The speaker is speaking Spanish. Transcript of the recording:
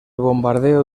bombardeo